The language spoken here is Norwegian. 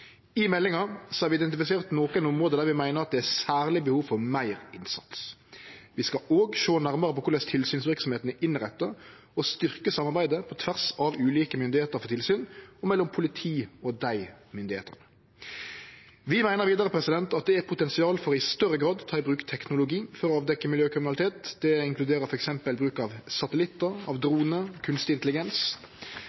I meldinga har vi identifisert nokre område der vi meiner at det er særleg behov for meir innsats. Vi skal òg sjå nærmare på korleis tilsynsverksemda er innretta, og styrkje samarbeidet på tvers av ulike myndigheiter for tilsyn og mellom politi og dei myndigheitene. Vi meiner vidare at det er eit potensial for i større grad å ta i bruk teknologi for å avdekkje miljøkriminalitet. Det inkluderer f.eks. bruk av